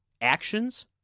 actions